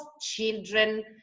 children